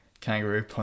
Kangaroo